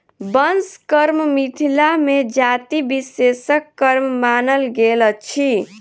बंस कर्म मिथिला मे जाति विशेषक कर्म मानल गेल अछि